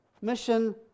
mission